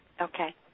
Okay